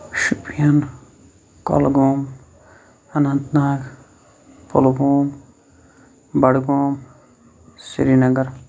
Shopian Kulgam Anantnag Pulwama Budgam Srinagar